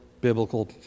biblical